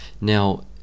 now